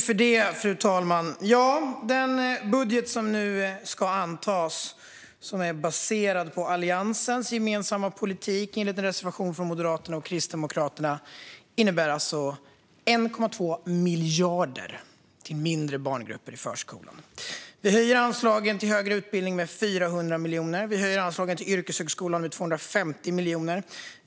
Fru talman! Den budget som nu ska antas är baserad på Alliansens gemensamma politik enligt en reservation från Moderaterna och Kristdemokraterna och innebär 1,2 miljarder till mindre barngrupper i förskolan. Vi höjer anslaget till högre utbildning med 400 miljoner. Vi höjer anslaget till yrkeshögskolan med 250 miljoner.